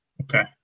Okay